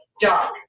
dog